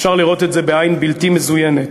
אפשר לראות את זה בעין בלתי מזוינת.